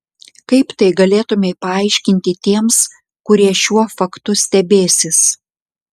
kaip tai galėtumei paaiškinti tiems kurie šiuo faktu stebėsis